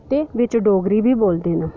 ते बिच डोगरी बी बोलदे न